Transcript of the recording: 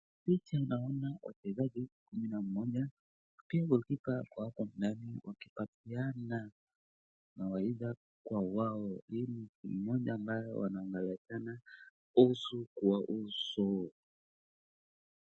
Wachezaji kumi na mmoja, naye goalkeeper wakipatiana mawaidha kwa wao wawili mmoja ambao wanaangaliana uso kwa uso.